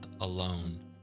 alone